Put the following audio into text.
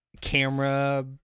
camera